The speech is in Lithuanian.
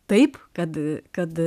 taip kad kad